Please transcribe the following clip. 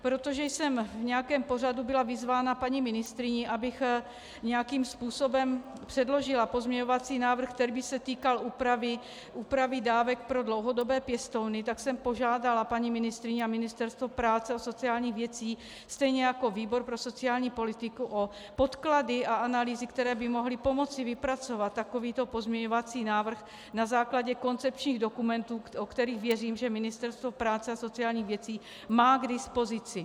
Protože jsem v nějakém pořadu byla vyzvána paní ministryní, abych nějakým způsobem předložila pozměňovací návrh, který by se týkal úpravy dávek pro dlouhodobé pěstouny, tak jsem požádala paní ministryni a Ministerstvo práce a sociálních věcí stejně jako výbor pro sociální politiku o podklady a analýzy, které by mohly pomoci vypracovat takovýto pozměňovací návrh na základě koncepčních dokumentů, o kterých věřím, že je Ministerstvo práce a sociálních věcí má k dispozici.